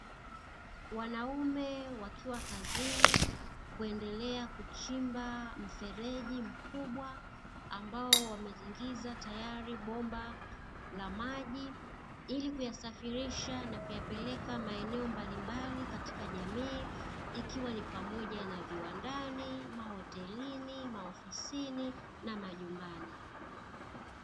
Wanaume wakiwa kazini, kuendelea kuchimba mfereji mkubwa, ambao wameingiza tayari bomba la maji, ili kuyasafirisha na kuyapeleka maeneo mbalimbali katika jamii, ikiwa ni pamoja na viwandani, mahotelini, maofisini na majumbani.